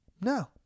No